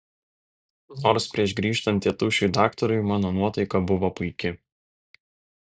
nors prieš grįžtant tėtušiui daktarui mano nuotaika buvo puiki